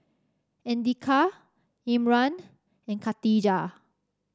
Andika Imran and Khatijah